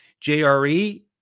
JRE